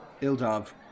Ildov